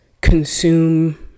consume